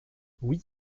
oui